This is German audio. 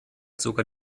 sogar